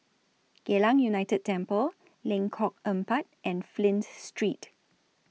Geylang United Temple Lengkok Empat and Flint Street